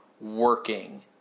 working